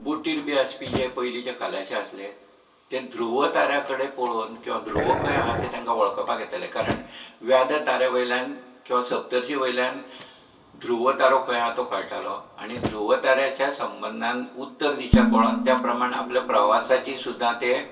बोटीर बी आसपी जे पयलीचे जे खलाशी बी आसले ते ध्रूव ताऱ्या कडेन पळोवन ध्रूव खंय आहा तेंकां वळखपाक येतालें कारण व्याद ताऱ्या वयल्यान किंवा सप्तरिशी वयल्यान ध्रूव तारो खंय आहा तो कळटालो आनी ध्रूव ताऱ्याच्या संबंधान उत्तर दिशा कोळोन त्या प्रमाणें आपली प्रवासाची सुद्धा ते